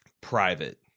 private